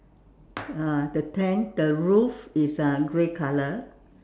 uh the tent the roof is uh grey colour